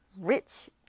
rich